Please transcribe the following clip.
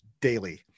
daily